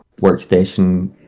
workstation-